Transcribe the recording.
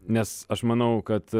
nes aš manau kad